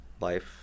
life